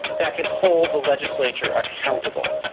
that can hold the legislature accountable.